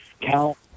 count